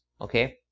okay